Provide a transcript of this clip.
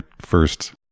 first